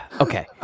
Okay